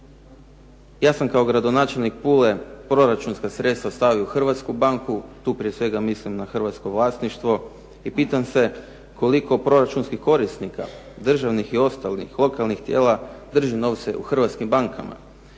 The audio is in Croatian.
Ja sam kao gradonačelnik Pule, proračunska sredstva stavio u Hrvatsku banku. Tu prije svega mislim na hrvatsko vlasništvo. I pitam se koliko proračunskih korisnika državnih i ostalih lokalnih tijela drži novce u hrvatskim bankama.